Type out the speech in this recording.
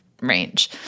range